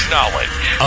Knowledge